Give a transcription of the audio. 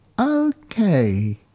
okay